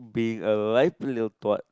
being a life little twat